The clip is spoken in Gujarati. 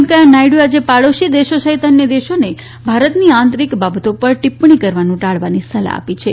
વેંકૈયા નાયડુએ આજે પડોશી દેશો સહિત અન્ય દેશોને ભારતની આંતરિક બાબતો પર ટિપ્પણી કરવાનું ટાળવાની સલાહ આપી છે